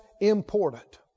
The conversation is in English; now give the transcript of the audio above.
important